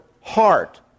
heart